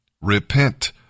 Repent